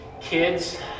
kids